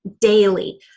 daily